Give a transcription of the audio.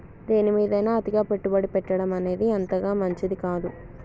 దేనిమీదైనా అతిగా పెట్టుబడి పెట్టడమనేది అంతగా మంచిది కాదు